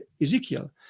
Ezekiel